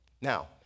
Now